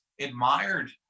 admired